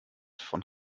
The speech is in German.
von